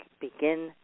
begin